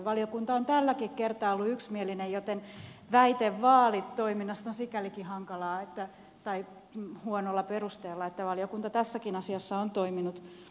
valiokunta on tälläkin kertaa ollut yksimielinen joten väite vaalitoiminnasta on sikälikin huonolla perusteella että valiokunta tässäkin asiassa on toiminut yksimielisesti